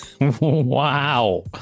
Wow